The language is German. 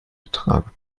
ertrage